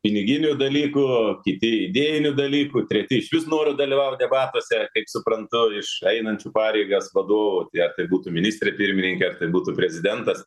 piniginių dalykų o kiti idėjinių dalykų treti išvis noru dalyvavo debatuose kaip suprantu iš einančių pareigas vadovų tai ar tai būtų ministrė pirmininkė ar tai būtų prezidentas